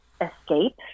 escape